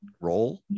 role